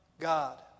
God